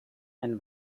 ein